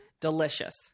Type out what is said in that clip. Delicious